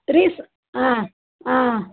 raise ஆ ஆ